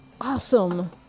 Awesome